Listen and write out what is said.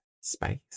space